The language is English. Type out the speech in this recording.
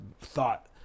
thought